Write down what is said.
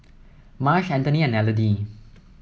Marsh Antony and Elodie